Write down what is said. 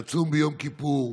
לצום ביום כיפור,